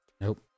Nope